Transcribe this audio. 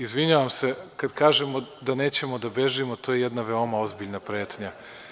Izvinjavam se, kad kažemo da nećemo da bežimo to je jedna veoma ozbiljna pretnja.